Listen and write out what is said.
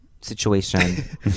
situation